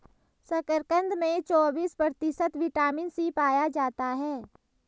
शकरकंद में चौबिस प्रतिशत विटामिन सी पाया जाता है